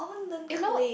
eh no